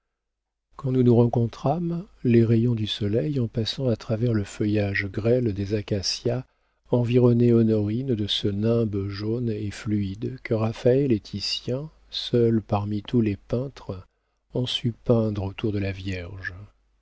quand nous nous rencontrâmes les rayons du soleil en passant à travers le feuillage grêle des acacias environnaient honorine de ce nimbe jaune et fluide que raphaël et titien seuls parmi tous les peintres ont su peindre autour de la vierge